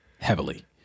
heavily